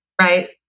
right